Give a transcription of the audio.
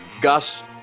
Gus